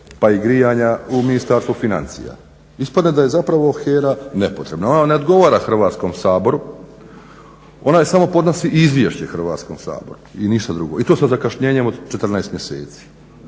pa i grijanja u Ministarstvu financija. Ispada da je zapravo HERA nepotrebna. Ona ne odgovara Hrvatskom saboru, ona samo podnosi Izvješće Hrvatskom saboru i ništa drugo. I to sa zakašnjenjem od 14 mjeseci.